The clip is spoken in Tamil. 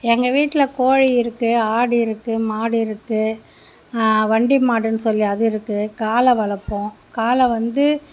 எங்கள் வீட்டில் கோழி இருக்கு ஆடு இருக்கு மாடு இருக்கு வண்டி மாடுன்னு சொல்லி அது இருக்கு காளை வளர்ப்போம் காளை வந்து